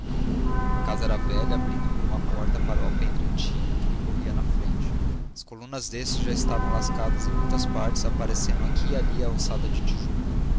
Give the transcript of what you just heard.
a casa era velha abrindo por uma porta para o alpendre antigo que lhe corria na frente as colunas deste estavam já lascadas em muitas partes aparecendo aqui e ali a ossada de tijolo